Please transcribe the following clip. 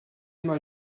mal